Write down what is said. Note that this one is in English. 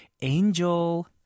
Angel